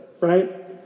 right